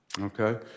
Okay